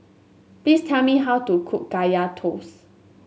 please tell me how to cook Kaya Toast